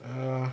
err